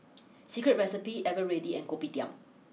Secret Recipe Eveready and Kopitiam